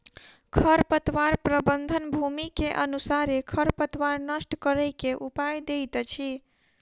खरपतवार प्रबंधन, भूमि के अनुसारे खरपतवार नष्ट करै के उपाय दैत अछि